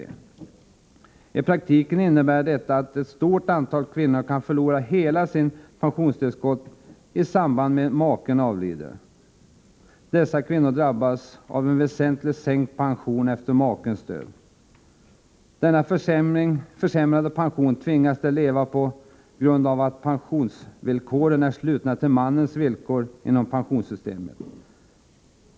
I praktiken innebär detta att ett stort antal kvinnor kan förlora hela sitt pensionstillskott i samband med att maken avlider. Dessa kvinnor drabbas alltså av en väsentligt sänkt pension efter makens död. Denna försämrade pension tvingas de leva med på grund av att pensionsvillkoren är knutna till mannens villkor inom pensionssystemet.